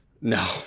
no